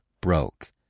Broke